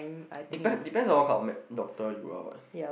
depend depends on what kind of med~ doctor you are what